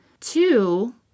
Two